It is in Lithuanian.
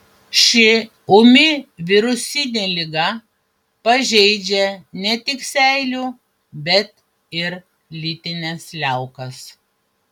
ši ūmi virusinė liga pažeidžia ne tik seilių bet ir lytines liaukas